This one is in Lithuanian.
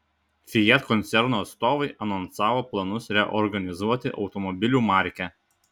fiat koncerno atstovai anonsavo planus reorganizuoti automobilių markę